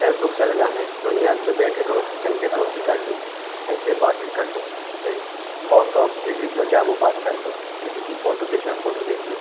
Facebook चल गए हैं दुनिया पर बैठे दोस्त कहीं से दोस्ती कर लो कहीं से बात चीत कर लो हें वाॅट्सऑप किसी से जो चाहे वह बात कर लो किसी की फोटू देखना फोटू देख लो